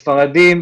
ספרדים,